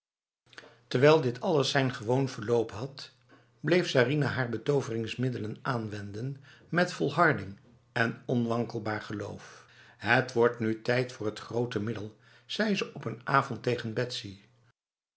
terwijl dit alles zijn gewoon verloop had bleef sarinah haar betoveringsmiddelen aanwenden met volharding en onwankelbaar geloof het wordt nu tijd voor het grote middel zei ze op een avond tegen betsy